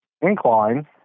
incline